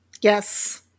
Yes